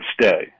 stay